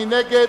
מי נגד?